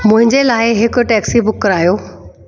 मुंहिंजे लाइ हिकु टैक्सी बुक करायो